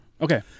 Okay